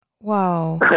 Wow